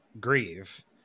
grieve